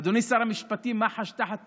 אדוני שר המשפטים, מח"ש תחת פיקודך,